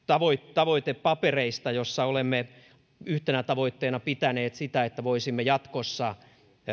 tavoitepapereista joissa olemme yhtenä tavoitteena pitäneet sitä että voisimme jatkossa